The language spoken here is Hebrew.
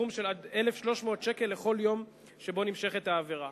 בסכום של עד 1,300 שקל לכל יום שבו נמשכת העבירה.